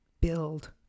build